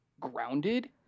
grounded